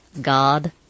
God